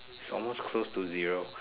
it's almost close to zero